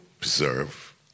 preserve